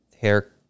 hair